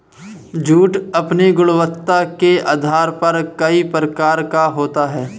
jute अपनी गुणवत्ता के आधार पर कई प्रकार का होता है